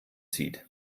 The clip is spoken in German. zieht